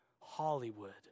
Hollywood